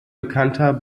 bekannter